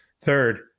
Third